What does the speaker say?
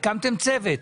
הקמתם צוות,